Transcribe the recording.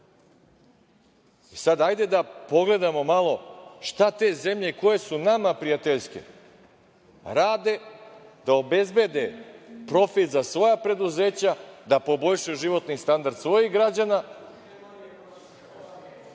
sada da pogledamo malo šta te zemlje koje su nama prijateljske rade da obezbede profit za svoja preduzeća, da poboljšaju životni standard svojih građana